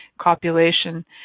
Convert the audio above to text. copulation